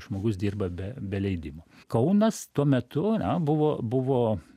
žmogus dirba be be leidimo kaunas tuo metu buvo buvo